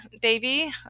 baby